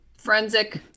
forensic